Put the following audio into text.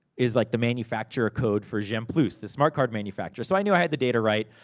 is like the manufacturer code for gemplus, the smart card manufacturer. so, i knew i had the data right,